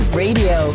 radio